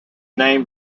name